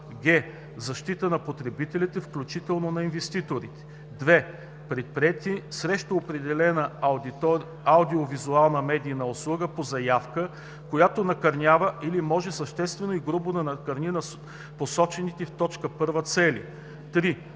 г) защитата на потребителите, включително на инвеститорите; 2. предприети срещу определена аудио-визуална медийна услуга по заявка, която накърнява или може съществено и грубо да накърни посочените в т. 1 цели; 3.